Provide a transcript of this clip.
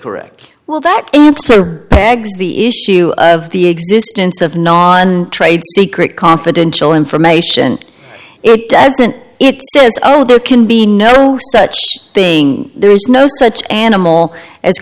correct well that pegs the issue of the existence of non trade secret confidential information it doesn't it says oh there can be no such thing there is no such animal